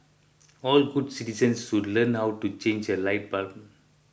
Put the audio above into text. all good citizens should learn how to change a light bulb